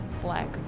black